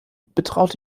betraut